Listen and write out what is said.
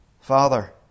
Father